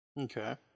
Okay